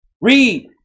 Read